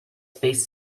space